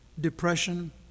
depression